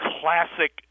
classic